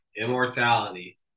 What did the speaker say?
Immortality